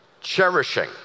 cherishing